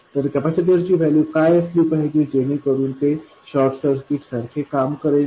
तर कॅपेसिटर ची व्हॅल्यू काय असली पाहिजे जेणेकरून ते शॉर्ट सर्किट सारखे काम करेल